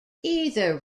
either